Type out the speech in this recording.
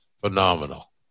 phenomenal